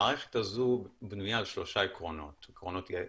המערכת הזו בנויה על שלושה עקרונות בסיס.